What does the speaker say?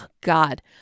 God